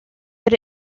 but